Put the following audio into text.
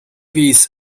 viis